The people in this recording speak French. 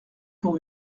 pour